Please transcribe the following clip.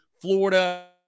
Florida